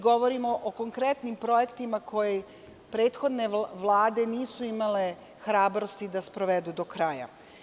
Govorimo o konkretnim projektima koje prethodne vlade nisu imale hrabrosti da sprovedu do kraja.